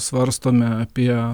svarstome apie